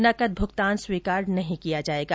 नकद भूगतान स्वीकार नहीं किया जाएगा